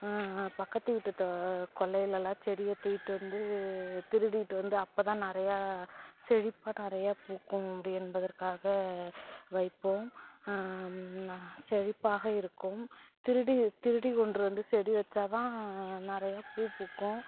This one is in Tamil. பக்கத்துக்கு வீட்டு தோ கொல்லைலலாம் செடியை தூக்கிட்டு வந்து திருடிட்டு வந்து அப்போ தான் நிறையா செழிப்பாக நிறையா பூக்கும் அப்படி என்பதற்காக வைப்போம் செழிப்பாக இருக்கும் திருடி திருடி கொண்ட்டு வந்து செடி வச்சால் தான் நிறைய பூ பூக்கும்